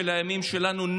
של הימים שלנו,